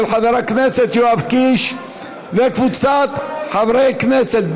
של חבר הכנסת יואב קיש וקבוצת חברי הכנסת,